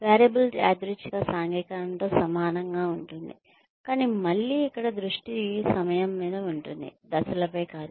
variable యాదృచ్ఛిక సాంఘికీకరణతో సమానంగా ఉంటుంది కానీ మళ్ళీ ఇక్కడ దృష్టి సమయం మీద ఉంటుంది దశలపై కాదు